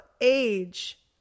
age